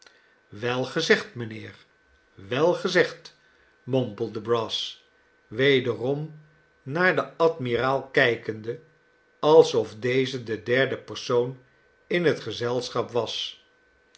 wel gezegd mijnheer wel gezegd mompelde brass wederom naar den admiraal kijkende alsof deze de derde persoon in het gezelschap was